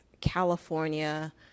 California